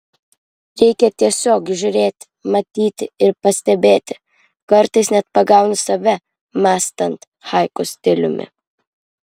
reikia tiesiog žiūrėti matyti ir pastebėti kartais net pagaunu save mąstant haiku stiliumi